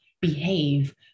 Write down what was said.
behave